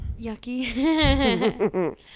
Yucky